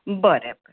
बरें बरें